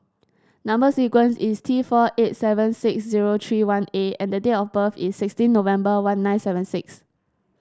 number sequence is T four eight seven six zero three one A and the date of birth is sixteen November one nine seven six